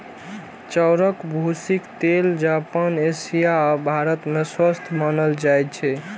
चाउरक भूसीक तेल जापान, एशिया आ भारत मे स्वस्थ मानल जाइ छै